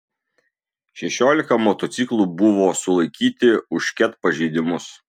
šešiolika motociklų buvo sulaikyti už ket pažeidimus